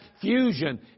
fusion